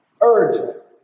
urgent